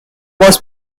was